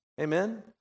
Amen